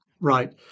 Right